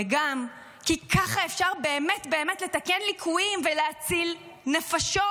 וגם כי ככה אפשר באמת באמת לתקן ליקויים ולהציל נפשות.